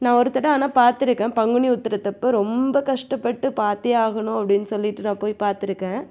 நான் ஒரு தட ஆனால் பார்த்துருக்கேன் பங்குனி உத்திரத்தப்போ ரொம்ப கஷ்டப்பட்டு பார்த்தே ஆகணும் அப்படின்னு சொல்லிட்டு நா போய் பார்த்துருக்கேன்